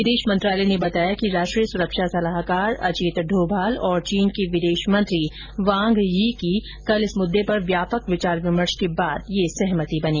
विदेश मंत्रालय ने बताया कि राष्ट्रीय सुरक्षा सलाहकार अजित डोभाल और चीन के विदेश मंत्री वांग यी की कल इस मुद्दे पर व्यापक विचार विमर्श के बाद यह सहमति बनी